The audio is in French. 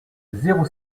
zéro